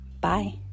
Bye